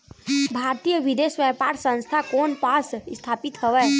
भारतीय विदेश व्यापार संस्था कोन पास स्थापित हवएं?